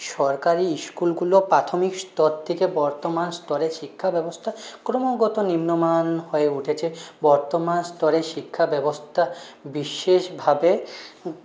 সরকারি স্কুলগুলো প্রাথমিক স্তর থেকে বর্তমান স্তরে শিক্ষা ব্যবস্থা ক্রমাগত নিম্নমান হয়ে উঠেছে বর্তমান স্তরের শিক্ষা ব্যবস্থা বিশেষভাবে